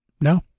No